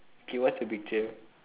okay what's the picture